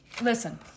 listen